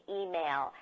email